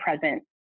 present